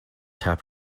tap